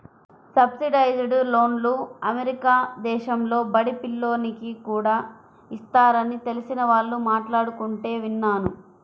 subsidised లోన్లు America దేశంలో బడి పిల్లోనికి కూడా ఇస్తారని తెలిసిన వాళ్ళు మాట్లాడుకుంటుంటే విన్నాను